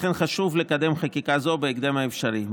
לכן חשוב לקדם חקיקה זו בהקדם האפשרי.